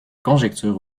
conjectures